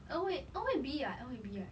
en hui en hui B ah en hui B right